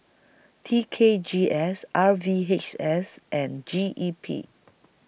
T K G S R V H S and G E P